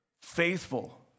faithful